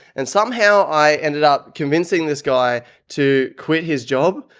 and somehow i ended up convincing this guy to quit his job.